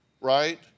right